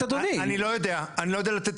המחיר הוא לא פיקס אלא מינימום.